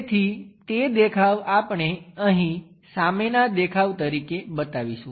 તેથી તે દેખાવ આપણે અહીં સામેના દેખાવ તરીકે બતાવીશું